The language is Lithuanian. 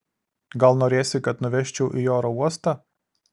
gal norėsi kad nuvežčiau į oro uostą